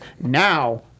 now